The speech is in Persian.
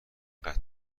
میخونن